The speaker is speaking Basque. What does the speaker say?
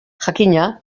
jakina